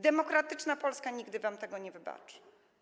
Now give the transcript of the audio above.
Demokratyczna Polska nigdy wam tego nie wybaczy.